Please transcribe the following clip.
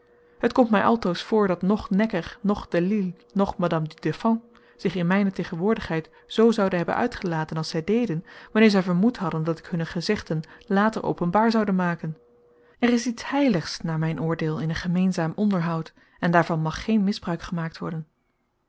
het komt mij altoos voor dat noch necker noch delille noch madame du deffant zich in mijne tegenwoordigheid zoo zouden hebben uitgelaten als zij deden wanneer zij vermoed hadden dat ik hunne gezegden later openbaar zoude maken er is iets heiligs naar mijn oordeel in een gemeenzaam onderhoud en daarvan mag geen misbruik gemaakt worden